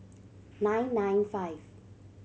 nine nine five